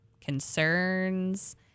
concerns